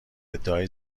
ادعای